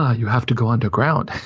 ah you have to go underground.